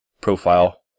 profile